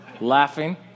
laughing